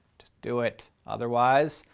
just do it. otherwise,